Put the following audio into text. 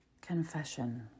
Confession